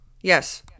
yes